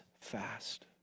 fast